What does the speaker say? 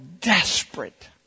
desperate